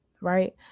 Right